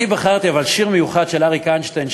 אבל אני בחרתי שיר מיוחד של אריק איינשטיין,